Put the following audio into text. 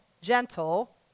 gentle